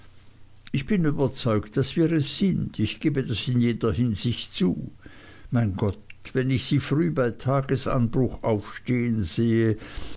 ich bin überzeugt daß wir es sind ich gebe das in jeder hinsicht zu mein gott wenn ich sie früh bei tagesanbruch aufstehen sehe